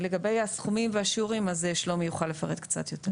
לגבי הסכומים והשיעורים שלומי יוכל לפרט קצת יותר.